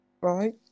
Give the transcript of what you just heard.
right